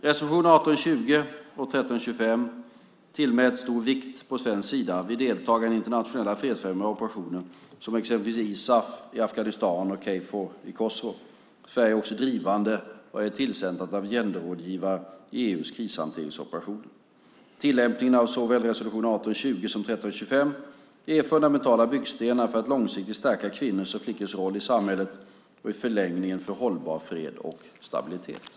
Resolutionerna 1820 och 1325 tillmäts stor vikt på svensk sida vid deltagande i internationella fredsfrämjande operationer som exempelvis ISAF i Afghanistan och Kfor i Kosovo. Sverige är också drivande vad gäller tillsättande av genderrådgivare i EU:s krishanteringsoperationer. Tillämpningen av såväl resolution 1820 som resolution 1325 är fundamentala byggstenar för att långsiktigt stärka kvinnors och flickors roll i samhället och i förlängningen för hållbar fred och stabilitet.